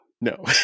No